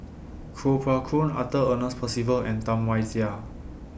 Kuo Pao Kun Arthur Ernest Percival and Tam Wai Jia